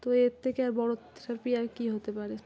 তো এর থেকে আর বড়ো থেরাপি আর কী হতে পারে